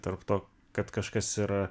tarp to kad kažkas yra